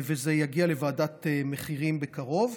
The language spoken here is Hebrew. וזה יגיע לוועדת מחירים בקרוב,